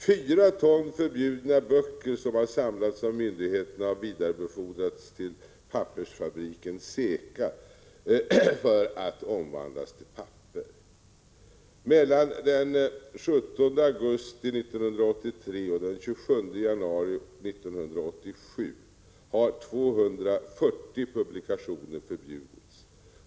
Fyra ton förbjudna böcker som har samlats in av myndigheterna har Mellan den 17 augusti 1983 och den 27 januari 1987 har 240 publikationer förbjudits.